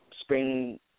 spring